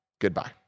Goodbye